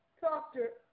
Doctor